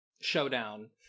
showdown